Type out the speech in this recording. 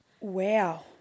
Wow